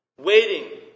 waiting